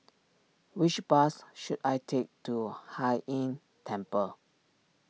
which bus should I take to Hai Inn Temple